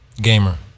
Gamer